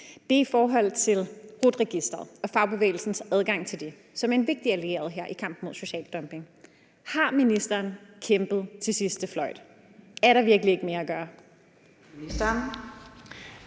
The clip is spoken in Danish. Det går på RUT-registreret og fagbevægelsens adgang til det som en vigtig allieret her i kampen mod social dumping. Har ministeren kæmpet til sidste fløjt? Er der virkelig ikke mere at gøre?